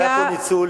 היה פה ניצול,